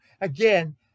again